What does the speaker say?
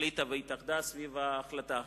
החליטה והתאחדה סביב ההחלטה הזאת,